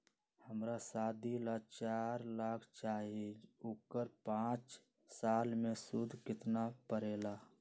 हमरा शादी ला चार लाख चाहि उकर पाँच साल मे सूद कितना परेला?